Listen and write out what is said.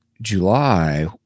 July